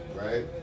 right